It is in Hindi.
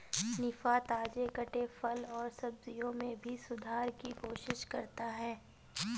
निफा, ताजे कटे फल और सब्जियों में भी सुधार की कोशिश करता है